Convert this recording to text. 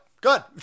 good